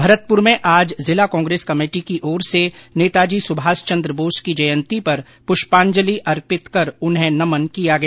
भरतपुर में आज जिला कांग्रेस कमेटी की ओर से नेताजी सुभाष चंद्र बोस की जयंती पर पुष्पांजलि अर्पित कर उन्हें नमन किया गया